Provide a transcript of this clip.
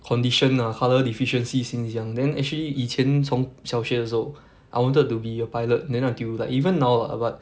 condition ah colour deficiency since young then actually 以前从小学的时候 I wanted to be a pilot then until like even now lah but